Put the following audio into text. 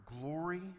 glory